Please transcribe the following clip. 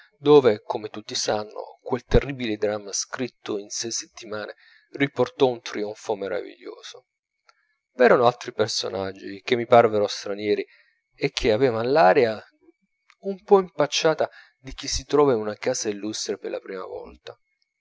dove come tutti sanno quel terribile dramma scritto in sei settimane riportò un trionfo meraviglioso v'erano altri personaggi che mi parvero stranieri e che avevan l'aria un po impacciata di chi si trova in una casa illustre per la prima volta